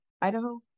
Idaho